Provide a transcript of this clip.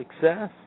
Success